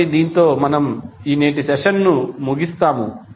కాబట్టి దీనితో మనము ఈ నేటి సెషన్ను ముగిస్తాము